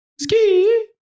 ski